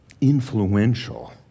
influential